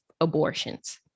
abortions